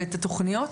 ואת התכניות,